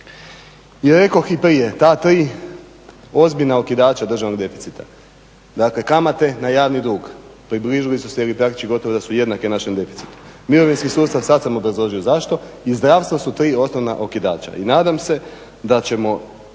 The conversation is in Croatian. I rekoh i prije, ta tri ozbiljna okidača državnog deficita, dakle kamate na javni dug, približile su se ili praktički gotovo da su jednostavne našem deficitu. Mirovinski sustav sad sam obrazložio zašto i zdravstvo su tri osnovna okidača i nadam se da ćemo